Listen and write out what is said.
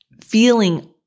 feeling